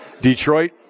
Detroit